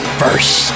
first